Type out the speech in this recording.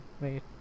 Wait